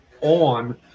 on